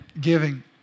Giving